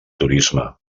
turisme